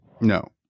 no